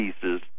pieces